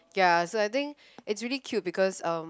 ya so I think it's really cute because um